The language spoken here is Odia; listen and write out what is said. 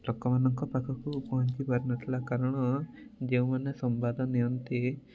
ଲୋକମାନଙ୍କ ପାଖକୁ ପହଞ୍ଚି ପାରିନଥିଲା କାରଣ ଯେଉଁମାନେ ସମ୍ବାଦ ନିଅନ୍ତି